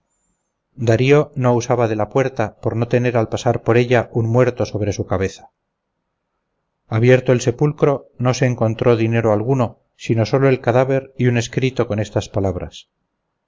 darío no usaba de la puerta por no tener al pasar por ella un muerto sobre su cabeza abierto el sepulcro no se encontró dinero alguno sino solo el cadáver y un escrito con estas palabras